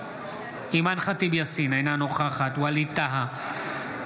אינה נוכחת ווליד טאהא,